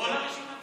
כל הרשימה המשותפת?